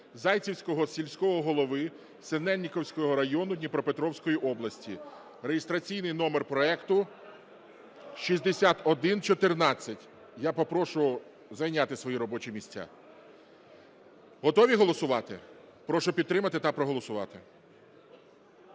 Зайцівського сільського голови Синельниківського району Дніпропетровської області (реєстраційний номер проекту 6114). Я попрошу зайняти свої робочі місця. Готові голосувати? Прошу підтримати та проголосувати.